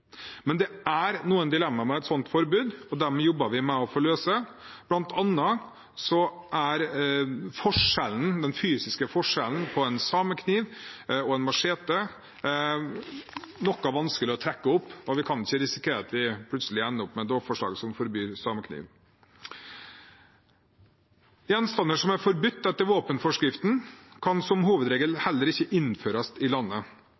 Men det er noen dilemmaer med et slikt forbud, og de jobber vi med å få løst. Blant annet er forskjellen, den fysiske forskjellen på en samekniv og en machete, noe vanskelig å trekke opp, og vi kan ikke risikere at vi plutselig ender opp med et lovforslag som forbyr samekniv. Gjenstander som er forbudt etter våpenforskriften, kan som hovedregel heller ikke innføres i landet.